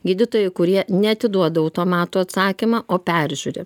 gydytojai kurie ne atiduoda automatu atsakymą o peržiūri